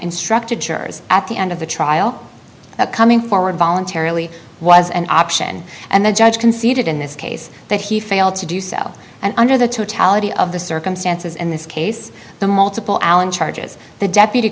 instructed jurors at the end of the trial that coming forward voluntarily was an option and the judge conceded in this case that he failed to do so and under the totality of the circumstances in this case the multiple allen charges the deputy